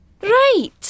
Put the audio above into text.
Right